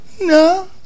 no